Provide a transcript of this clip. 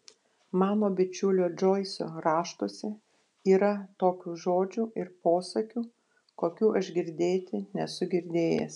mano bičiulio džoiso raštuose yra tokių žodžių ir posakių kokių aš girdėti nesu girdėjęs